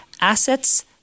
assets